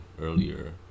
earlier